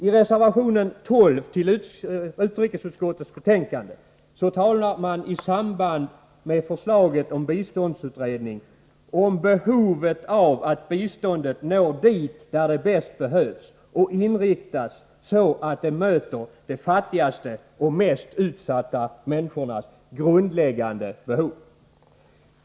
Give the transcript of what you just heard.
I reservation 12 som är fogad till utrikesutskottets betänkande 15 talar man i samband med förslaget om biståndsutredning om behovet av att biståndet når dit där det bäst behövs och inriktas så att det möter de fattigaste och mest utsatta människornas grundläggande behov.